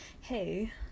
hey